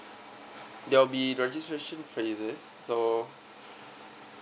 there'll be registration phrases so